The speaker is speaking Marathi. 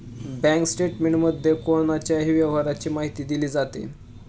बँक स्टेटमेंटमध्ये कोणाच्याही व्यवहाराची माहिती दिली जाते